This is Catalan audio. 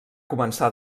començar